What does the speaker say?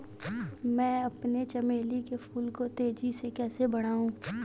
मैं अपने चमेली के फूल को तेजी से कैसे बढाऊं?